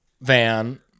van